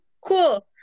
Cool